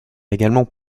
également